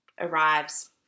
arrives